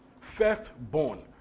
Firstborn